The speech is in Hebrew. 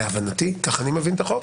להבנתי כך אני מבין את החוק